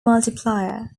multiplier